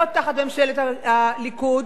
לא תחת ממשלת הליכוד,